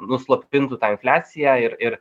nuslopintų tą infliaciją ir ir